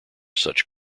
such